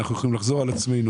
אנחנו יכולים לחזור על עצמנו.